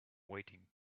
waiting